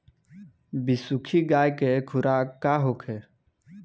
बिसुखी गाय के खुराक का होखे?